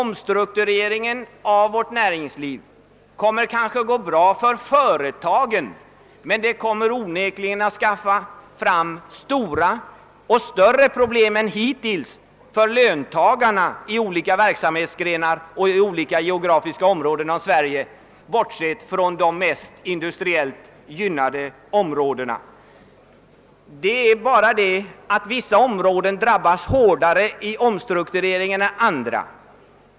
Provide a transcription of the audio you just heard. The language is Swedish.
Omstruktureringen av vårt näringsliv kommer kanske att gå bra för företagen, men den kommer onekligen att dra med sig stora problem, större problem än hittills, för löntagarna inom olika verksamhetsgrenar och i olika geografiska områden av Sverige, bortsett från de industriellt mest gynnade områdena. Vissa områden drabbas hårdare vid omstruktureringen än andra.